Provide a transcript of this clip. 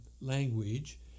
language